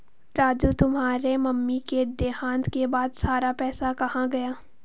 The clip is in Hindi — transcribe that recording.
राजू तुम्हारे मम्मी के देहांत के बाद सारा पैसा कहां गया?